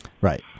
right